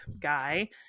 guy